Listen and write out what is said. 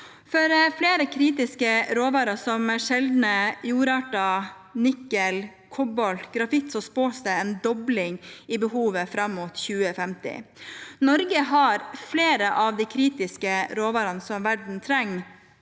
For flere kritiske råvarer, som sjeldne jordarter, nikkel, kobolt og grafitt, spås det en dobling i behovet fram mot 2050. Norge har flere av de kritiske råvarene som verden trenger